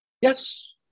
Yes